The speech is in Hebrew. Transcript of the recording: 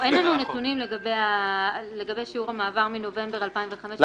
אין לנו נתונים לגבי שיעור המעבר מנובמבר 2015 ואילך.